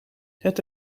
het